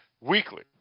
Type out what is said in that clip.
weekly